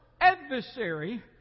adversary